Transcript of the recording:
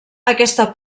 aquesta